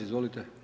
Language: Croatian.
Izvolite.